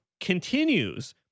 continues